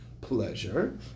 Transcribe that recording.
pleasure